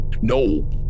No